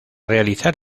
realizar